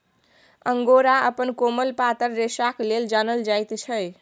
angora अपन कोमल पातर रेशाक लेल जानल जाइत छै